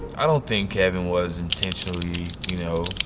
i don't think kevin was intentionally, you know,